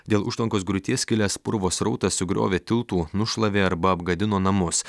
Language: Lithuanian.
dėl užtvankos griūties kilęs purvo srautas sugriovė tiltų nušlavė arba apgadino namus